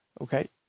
Okay